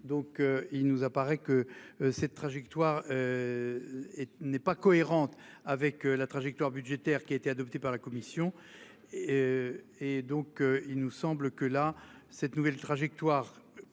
il nous apparaît que cette trajectoire. Et n'est pas cohérente avec la trajectoire budgétaire qui a été adopté par la commission et. Et donc il nous semble que la cette nouvelle trajectoire.